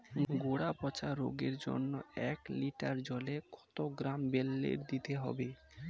গোড়া পচা রোগের জন্য এক লিটার জলে কত গ্রাম বেল্লের দিতে হবে?